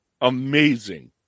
amazing